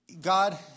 God